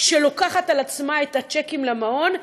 שלוקחת על עצמה את הצ'קים למעון,